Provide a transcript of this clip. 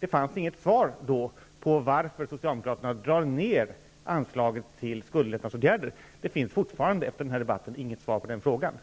Då fanns det inget svar på varför Socialdemokraterna drar ner anslaget till skuldlättnadsåtgärder. Efter den här debatten finns det fortfarande inget svar på den frågan.